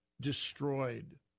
destroyed